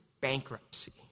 bankruptcy